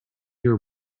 your